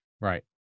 right